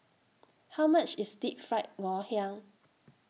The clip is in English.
How much IS Deep Fried Ngoh Hiang